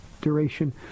duration